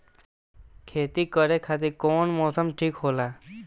खेती करे खातिर कौन मौसम ठीक होला?